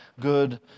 good